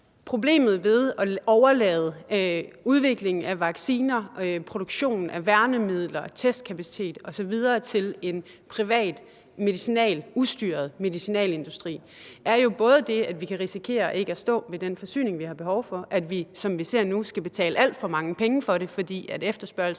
Problemet ved at overlade udviklingen af vacciner, produktionen af værnemidler, testkapacitet osv. til en privat ustyret medicinalindustri er jo både det, at vi kan risikere ikke at stå med den forsyning, vi har behov for, at vi, som vi ser nu, skal betale alt for mange penge for det, fordi efterspørgslen